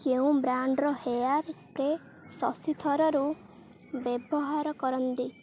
କେଉଁ ବ୍ରାଣ୍ଡ୍ର hair spray Shashi Tharoor ବ୍ୟବହାର କରନ୍ତି